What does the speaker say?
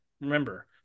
remember